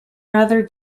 rather